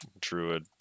druid